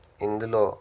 ఇందులో